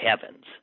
heavens